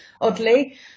oddly